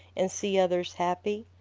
and see others happy.